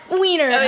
wiener